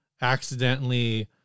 accidentally